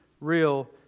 real